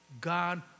God